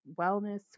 wellness